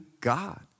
God